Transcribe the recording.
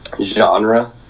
genre